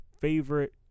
favorite